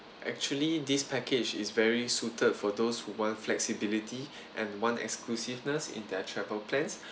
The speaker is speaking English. actually this package is very suited for those who want flexibility and want exclusiveness in their travel plans